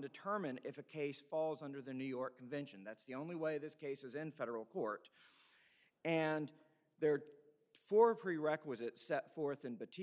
determine if a case falls under the new york convention that's the only way this case is in federal court and there for a prerequisite set forth in but